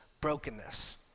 brokenness